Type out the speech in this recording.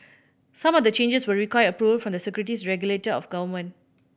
some of the changes will require approval from the securities regulator of government